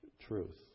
truth